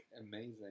Amazing